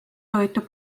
toitu